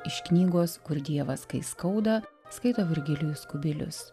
iš knygos kur dievas kai skauda skaito virgilijus kubilius